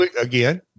again